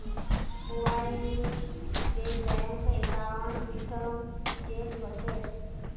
Mobile से bank account कुंसम check होचे?